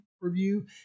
review